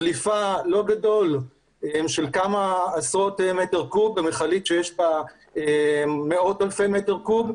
דליפה של כמה עשרות מטרים קוב במכלית שיש בה מאות אלפי מטרים קוב,